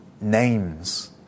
names